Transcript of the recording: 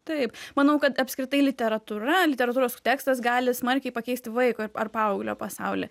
taip manau kad apskritai literatūra literatūros tekstas gali smarkiai pakeisti vaiko ar paauglio pasaulį